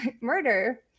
murder